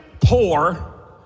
poor